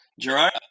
gerard